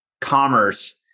commerce